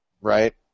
right